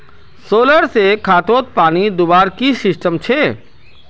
Solar से खेतोत पानी दुबार की सिस्टम छे?